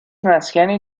مسکنی